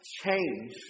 change